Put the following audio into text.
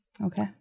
Okay